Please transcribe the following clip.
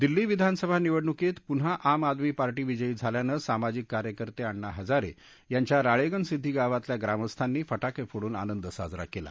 दिल्ली विधानसभा निवडणुकीत पून्हा आम आदमी पार्टी विजयी झाल्यानं सामाजिक कार्यकर्ते अण्णा हजारे यांच्या राळेगणसिद्वी गावातल्या ग्रामस्थांनी फटाके फोडून आनंद साजरा केला